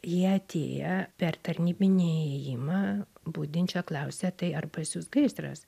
jie atėję per tarnybinį įėjimą budinčio klausia tai ar pas jus gaisras